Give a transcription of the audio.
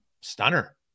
Stunner